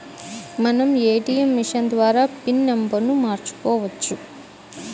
మనం ATM machine ద్వారా pin నెంబర్ను మార్చుకోవచ్చు